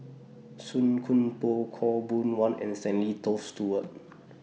Song Koon Poh Khaw Boon Wan and Stanley Toft Stewart